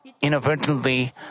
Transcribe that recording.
inadvertently